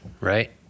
right